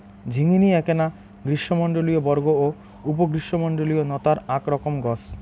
ঝিঙ্গিনী এ্যাকনা গ্রীষ্মমণ্ডলীয় বর্গ ও উপ গ্রীষ্মমণ্ডলীয় নতার আক রকম গছ